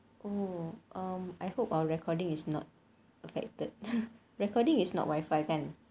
oh I hope our recording is not affected recording is not wifi kan